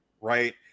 right